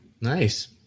Nice